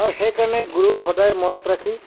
আৰু সেইকাৰণে গুৰুক সদায় মনত ৰাখি